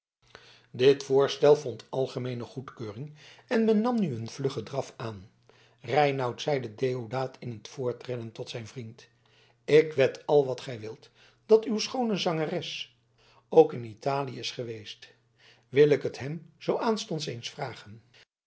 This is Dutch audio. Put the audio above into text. dit voorstel vond algemeene goedkeuring en men nam nu een vluggen draf aan reinout zeide deodaat in t voortrennen tot zijn vriend ik wed al wat gij wilt dat uw schoone zangeres ook in italië is geweest wil ik het hem zoo aanstonds eens vragen